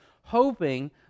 hoping